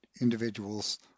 individuals